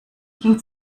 ging